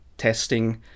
testing